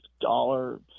dollars